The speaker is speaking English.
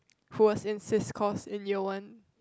who was in sis course in year one